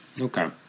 okay